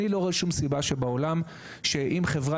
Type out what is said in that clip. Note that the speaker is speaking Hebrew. אני לא רואה שום סיבה בעולם לכך שחברה